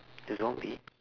the zombie